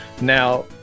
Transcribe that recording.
Now